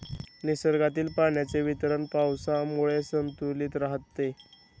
निसर्गातील पाण्याचे वितरण पावसामुळे संतुलित राहते